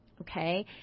okay